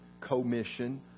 Commission